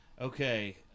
Okay